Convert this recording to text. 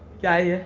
guys.